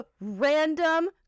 random